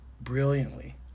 brilliantly